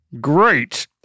Great